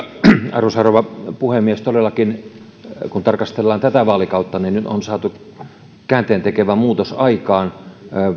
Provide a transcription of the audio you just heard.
arvoisa rouva puhemies todellakin kun tarkastellaan tätä vaalikautta nyt on saatu käänteentekevä muutos aikaan